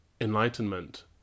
enlightenment